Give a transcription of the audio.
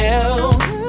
else